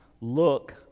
look